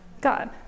God